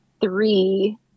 three